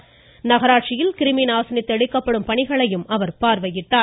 சிவகாசி நகராட்சியில் கிருமிநாசினி தெளிக்கப்படும் பணிகளையும் அவர் பார்வையிட்டார்